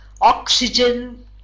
oxygen